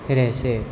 રહેશે